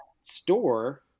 store